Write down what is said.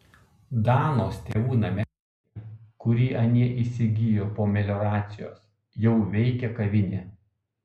danos tėvų namelyje kurį anie įsigijo po melioracijos jau veikia kavinė